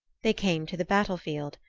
they came to the battlefield,